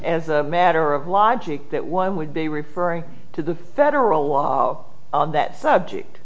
as a matter of logic that one would be referring to the federal law on that subject